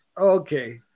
okay